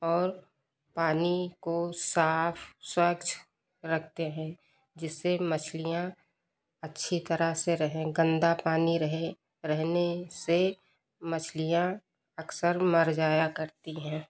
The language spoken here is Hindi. और पानी को साफ़ स्वच्छ रखते हैं जिससे मछलियाँ अच्छी तरह से रहे गंदा पानी रहे रहने से मछलियाँ अक्सर मर जाया करती हैं